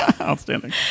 Outstanding